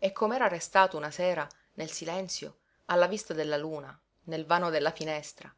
e com'era restato una sera nel silenzio alla vista della luna nel vano della finestra